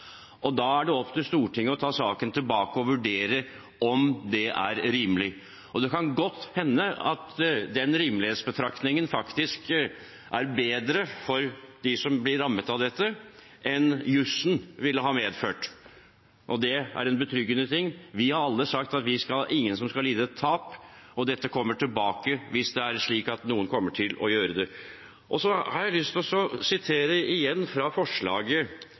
og da er det opp til Stortinget å ta saken tilbake og vurdere om det er rimelig. Det kan godt hende at den rimelighetsbetraktningen faktisk er bedre for dem som blir rammet av dette, enn jussen ville ha medført, og det er en betryggende ting. Vi har alle sagt at ingen skal lide et tap, og dette kommer tilbake hvis det er slik at noen kommer til å gjøre det. Så har jeg lyst til å sitere igjen fra forslaget